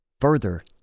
Further